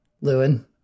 Lewin